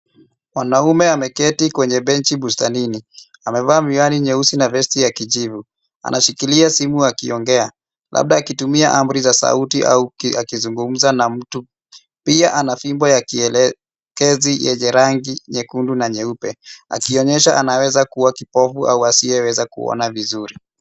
Mwanaume ameketi kwenye benchi bustanini. Amevaa miwani nyeusi na vesti ya kijivu. Anashikilia simu akiongea, labda akitumia amri za sauti au akizungumza na mtu. Pia, ana fimbo ya kielekezi yenye rangi nyekundu na nyeupe akionyesha anaweza kuwa kipofu au asiyeweza kuona vizuri.